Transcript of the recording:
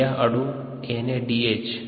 यह अणु N A D H है